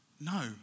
No